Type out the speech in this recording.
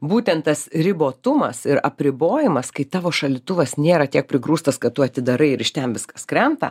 būtent tas ribotumas ir apribojimas kai tavo šaldytuvas nėra tiek prigrūstas kad tu atidarai ir iš ten viskas krenta